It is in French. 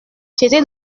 j’étais